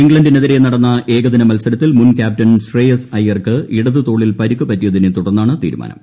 ഇംഗ്ലണ്ടിനെതിരെ നടന്ന ഏകദിന മത്സരത്തിൽ മുൻ ക്യാപ്റ്റൻ ശ്രേയസ് അയ്യർക്ക് ഇടതുതോളിൽ പരിക്ക് പറ്റിയതിനെ തുടർന്നാണ് തീരുമാനം